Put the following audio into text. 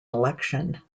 election